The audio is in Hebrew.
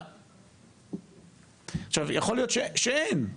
יכול להיות שאין,